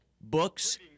books